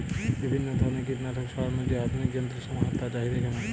বিভিন্ন ধরনের কীটনাশক ছড়ানোর যে আধুনিক যন্ত্রের সমাহার তার চাহিদা কেমন?